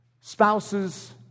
spouses